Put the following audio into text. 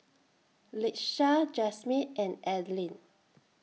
Latesha Jasmyn and Adline